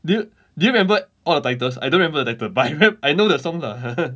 do you do you remember all the titles I don't remember the title but I remem~ I know the songs lah